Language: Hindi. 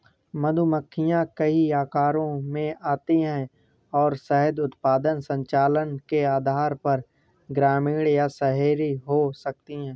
मधुमक्खियां कई आकारों में आती हैं और शहद उत्पादन संचालन के आधार पर ग्रामीण या शहरी हो सकती हैं